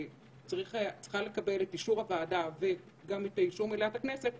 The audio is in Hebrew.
שצריכה לקבל את אישור הוועדה וגם את אישור מליאת הכנסת,